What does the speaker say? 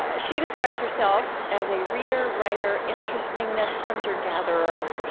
ah she describes herself as a reader, writer, interestingness hunter-gatherer,